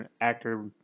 actor